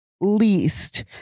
least